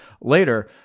later